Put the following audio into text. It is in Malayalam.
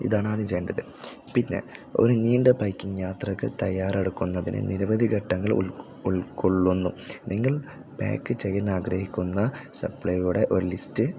ഇതാണ് ആദ്യ ചെയ്യേണ്ടത് പിന്നെ ഒരു നീണ്ട ബൈക്കിങ്ങ് യാത്രക്ക് തയ്യാറെടുക്കുന്നതിന് നിരവധി ഘട്ടങ്ങൾ ഉൾ ഉൾകൊള്ളുന്നു നിങ്ങൾ പാക്ക് ചെയ്യാനാഗ്രഹിക്കുന്ന സപ്ലൈയുടെ ഒരു ലിസ്റ്റ്